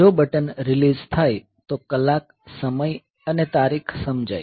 જો button release થાય તો કલાક સમય અને તારીખ સમજાય